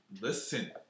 Listen